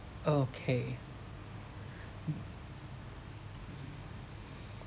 okay